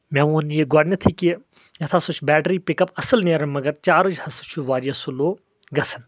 مےٚ ووٚن یہِ گۄڈنیٚتھے کہِ یتھ ہسا چھُ بیٹری پِک اپ اصٕل نیران مگر چارٕج ہسا چھُ واریاہ سلو گژھان